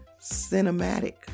cinematic